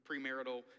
premarital